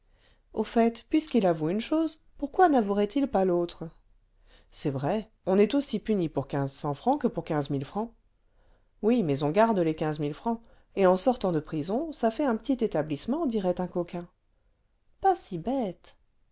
au fait puisqu'il avoue une chose pourquoi navouerait il pas l'autre c'est vrai on est aussi puni pour quinze cents francs que pour quinze mille francs oui mais on garde les quinze mille francs et en sortant de prison ça fait un petit établissement dirait un coquin pas si bête